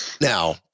Now